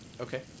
Okay